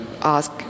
ask